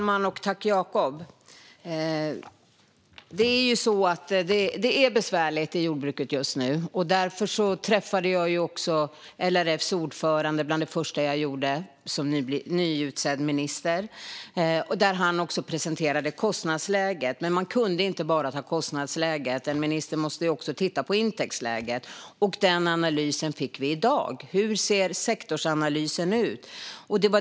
Fru talman! Det är besvärligt i jordbruket just nu. Därför träffade jag också LRF:s ordförande bland det första jag gjorde som nyutsedd minister. Han presenterade då kostnadsläget. Men man kan inte bara ta kostnadsläget; en minister måste också titta på intäktsläget. Den analysen fick vi i dag: Hur ser sektorsanalysen ut?